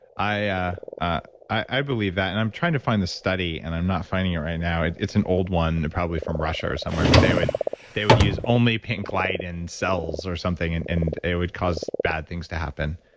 i yeah ah i believe that. and i'm trying to find the study and i'm not finding it right now. it's an old one probably from russia or somewhere, but they would they would use only pink light in cells or something and and it would cause bad things to happen.